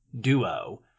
duo